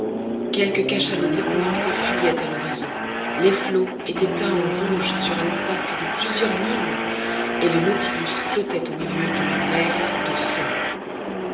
quelques cachalots épouvantés fuyaient à l'horizon les flots étaient teints en rouge sur un espace de plusieurs milles et le nautilus flottait au milieu d'une mer de sang